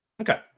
Okay